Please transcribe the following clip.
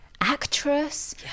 actress